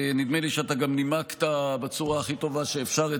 נדמה לי שאתה גם נימקת את ההצעה בצורה הכי טובה שאפשר.